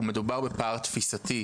מדובר בפער תפיסתי.